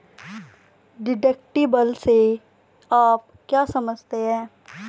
Deductible से आप क्या समझते हैं?